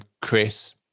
Chris